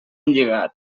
lligat